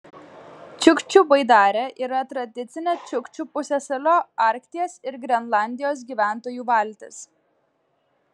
čiukčių baidarė yra tradicinė čiukčių pusiasalio arkties ir grenlandijos gyventojų valtis